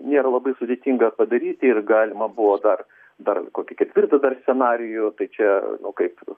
nėra labai sudėtinga padaryti ir galima buvo dar dar kokį ketvirtą dar scenarijų tai čia kaip